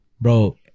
Bro